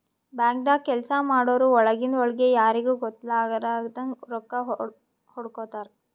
ಬ್ಯಾಂಕ್ದಾಗ್ ಕೆಲ್ಸ ಮಾಡೋರು ಒಳಗಿಂದ್ ಒಳ್ಗೆ ಯಾರಿಗೂ ಗೊತ್ತಾಗಲಾರದಂಗ್ ರೊಕ್ಕಾ ಹೊಡ್ಕೋತಾರ್